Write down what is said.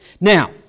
Now